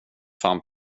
fan